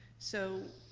so,